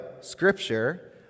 Scripture